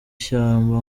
shyamba